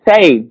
say